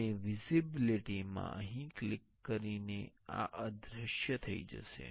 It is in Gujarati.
અને વિઝિબ્લિટિ માં અહીં ક્લિક કરીને આ અદૃશ્ય થઈ જશે